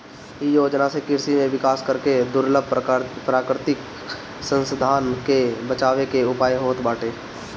इ योजना से कृषि में विकास करके दुर्लभ प्राकृतिक संसाधन के बचावे के उयाय होत बाटे